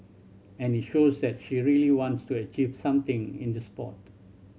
and it shows that she really wants to achieve something in the sport